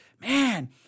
man